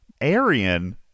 Arian